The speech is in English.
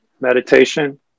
meditation